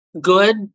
good